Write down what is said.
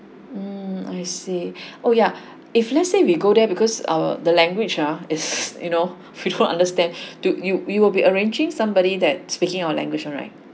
mm I see oh yeah if let's say we go there because our the language ah is you know we don't understand do you you will be arranging somebody that speaking our language ah right